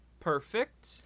Perfect